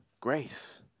grace